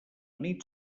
nit